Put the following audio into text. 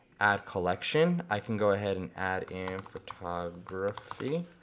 add collection, i can go ahead and add in photography.